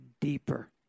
deeper